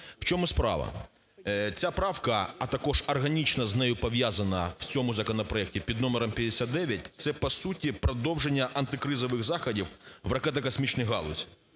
В чому справа? Ця правка, а також органічно з нею пов'язана в цьому законопроекті під номером 59, це по суті продовження антикризових заходів в ракетно-космічній галузі.